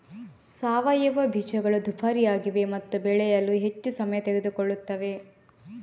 ಸಾವಯವ ಬೀಜಗಳು ದುಬಾರಿಯಾಗಿವೆ ಮತ್ತು ಬೆಳೆಯಲು ಹೆಚ್ಚು ಸಮಯ ತೆಗೆದುಕೊಳ್ಳುತ್ತವೆ